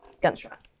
Gunshot